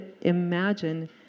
imagine